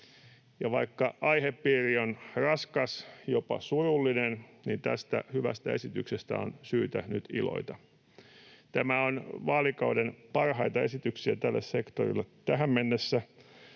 vaikka aihepiiri on raskas, jopa surullinen, niin tästä hyvästä esityksestä on syytä nyt iloita. Tämä on vaalikauden parhaita esityksiä tälle sektorille tähän mennessä.